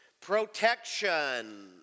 protection